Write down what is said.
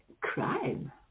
crime